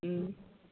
ꯎꯝ